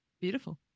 Beautiful